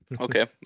okay